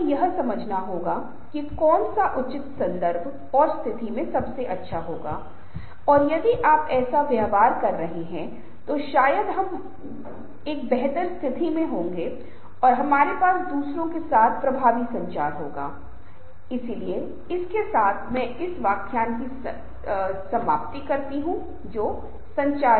तो इन कुछ शब्दों के साथ मैं आज अपने व्याख्यान का समापन समूहों में बोल रहा हूँ और समूह की गतिशीलता से संबंधित हूँ और समूह कैसे बनते हैं और संबंधित मुद्दे मैं अपने अगले व्याख्यान में बात करूंगा